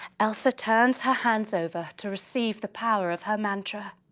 elsa turns her hands over to receive the power of her mantra.